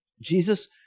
Jesus